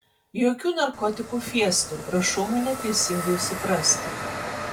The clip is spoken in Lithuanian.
jokių narkotikų fiestų prašau mane teisingai suprasti